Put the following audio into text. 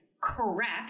correct